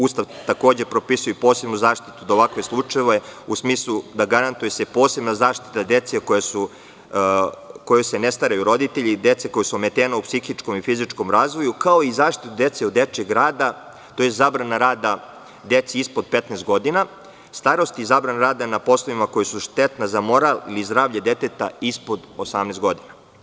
Ustav takođe propisuje i posebnu zaštitu za ovakve slučajeve, u smislu da se garantuje posebna zaštita dece o kojoj se ne staraju roditelji i dece koja su ometena u psihičkom i fizičkom razvoju, kao i zaštitu dece od dečijeg rada, tj. zabrana rada deci ispod 15 godina starosti i zabrana rada na poslovima koja su štetna za moral ili zdravlje deteta ispod 18 godina.